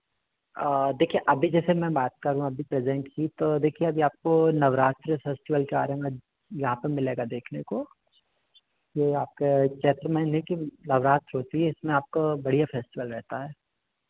देखिए अभी जैसे मैं बात करूँ अभी प्रेज़ेंट की तो देखिए अभी आपको नवरात्रि और फे़स्टिवल कार्य में यहाँ पर मिलेगा देखने को यह आपके चैत्र महीने की नवरात्रि होती है इसमें आपका बढ़िया फे़स्टिवल रहता है